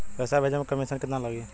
पैसा भेजे में कमिशन केतना लागि?